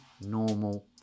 normal